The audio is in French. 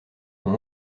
son